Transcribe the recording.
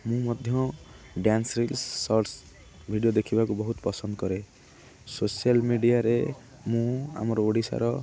ମୁଁ ମଧ୍ୟ dance reels shorts video ଦେଖିବାକୁ ବହୁତ ପସନ୍ଦ କରେ ସୋସିଆଲ୍ ମିଡ଼ିଆରେ ମୁଁ ଆମର ଓଡ଼ିଶାର